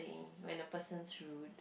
when the person's rude